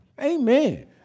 Amen